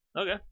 Okay